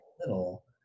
little